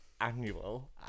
annual